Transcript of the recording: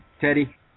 Teddy